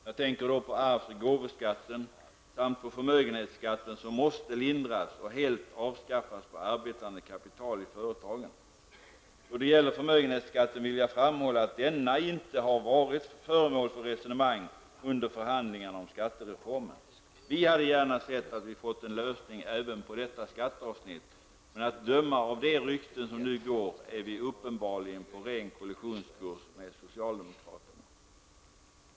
Jag tänker då på arvs och gåvoskatten samt på förmögenhetsbeskattningen, som måste lindras -- och helt avskaffas på arbetande kapital i företagen. Då det gäller förmögenhetsskatten vill jag framhålla att denna inte varit föremål för resonemang under förhandlingarnan om skattereformen. Vi hade gärna sett att vi fått en lösning även på detta skatteavsnitt, men att döma av de rykten som nu går är vi uppenbarligen på ren kollisionskurs med socialdemokraterna.